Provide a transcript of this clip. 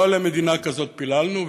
לא למדינה כזאת פיללנו.